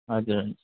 हजुर